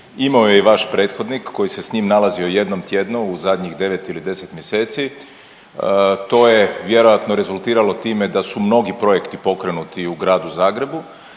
Imao je i vaš prethodnik koji se s njim nalazio jednom tjednom u zadnjih 9 ili 10 mjeseci. To je vjerojatno rezultiralo time da su mnogi projekti pokrenuti u gradu Zagrebu,